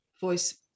voice